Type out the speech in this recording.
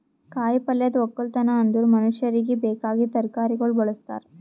ಕಾಯಿ ಪಲ್ಯದ್ ಒಕ್ಕಲತನ ಅಂದುರ್ ಮನುಷ್ಯರಿಗಿ ಬೇಕಾಗಿದ್ ತರಕಾರಿಗೊಳ್ ಬೆಳುಸ್ತಾರ್